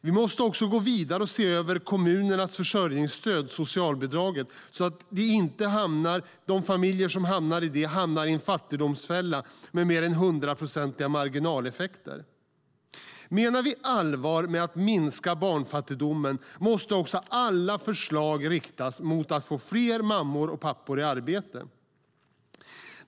Vi måste också gå vidare och se över kommunernas försörjningsstöd, socialbidraget, så att inte dessa familjer hamnar i en fattigdomsfälla med mer än hundraprocentiga marginaleffekter. Menar vi allvar med att minska barnfattigdomen måste också alla förslag riktas mot att få fler mammor och pappor i arbete.